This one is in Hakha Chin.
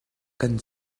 kan